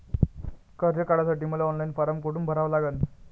कर्ज काढासाठी मले ऑनलाईन फारम कोठून भरावा लागन?